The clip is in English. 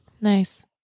Nice